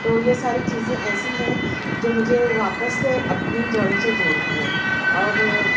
تو یہ ساری چیزیں ایسی ہیں جو مجھے واپس سے اپنی جڑوں سے جوڑتی ہیں اور